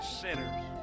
sinners